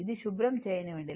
ఇది శుభ్రం చేయనివ్వండి